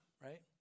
right